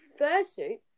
fursuit